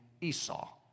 Esau